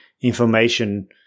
information